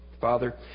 Father